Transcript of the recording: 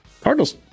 Cardinals